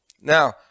now